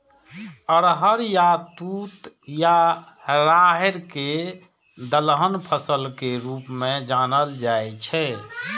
अरहर या तूर या राहरि कें दलहन फसल के रूप मे जानल जाइ छै